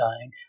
dying